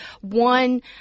one